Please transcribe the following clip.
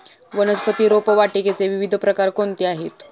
वनस्पती रोपवाटिकेचे विविध प्रकार कोणते आहेत?